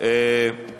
אפס נמנעים.